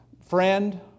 friend